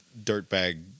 dirtbag